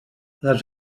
les